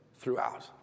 throughout